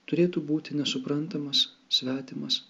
turėtų būti nesuprantamas svetimas